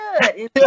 good